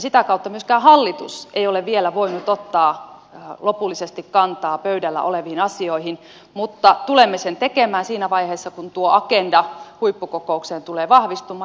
sitä kautta myöskään hallitus ei ole vielä voinut ottaa lopullisesti kantaa pöydällä oleviin asioihin mutta tulemme sen tekemään siinä vaiheessa kun tuo agenda huippukokoukseen tulee vahvistumaan